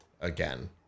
again